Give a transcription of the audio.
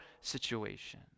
situation